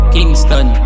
Kingston